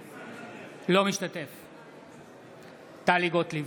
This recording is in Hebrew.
אינו משתתף בהצבעה טלי גוטליב,